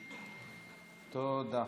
תודה.